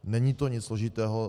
Není to nic složitého.